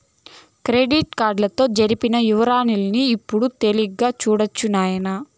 credit కార్డుతో జరిపిన యవ్వారాల్ని ఇప్పుడు తేలిగ్గా సూడొచ్చు నాయనా